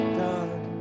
done